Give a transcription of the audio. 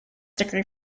degree